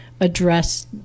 address